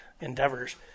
endeavors